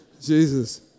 Jesus